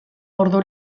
ordu